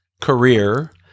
career